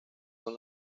con